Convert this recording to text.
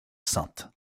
sainte